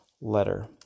letter